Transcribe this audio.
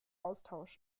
austausch